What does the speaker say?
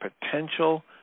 potential